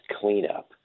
cleanup